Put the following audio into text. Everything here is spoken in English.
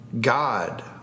God